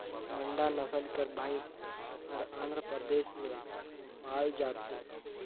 मांडा नसल कर भंइस हर आंध्र परदेस में पाल जाथे